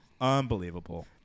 Unbelievable